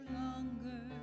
longer